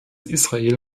israel